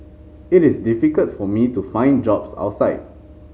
it is difficult for me to find jobs outside